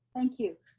thank you.